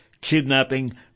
kidnapping